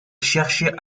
cherchait